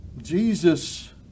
Jesus